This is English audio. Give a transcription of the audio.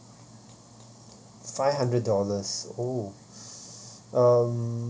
five hundred dollars oh um